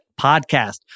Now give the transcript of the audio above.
podcast